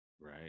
right